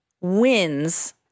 wins